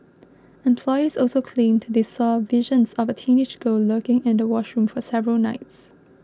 employees also claimed they saw visions of a teenage girl lurking in the washroom for several nights